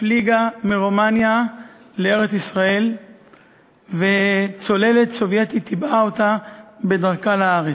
הפליגה מרומניה לארץ-ישראל וצוללת סובייטית טיבעה אותה בדרכה לארץ.